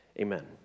amen